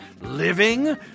living